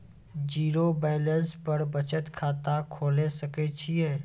Zero balance पर बचत खाता खोले सकय छियै?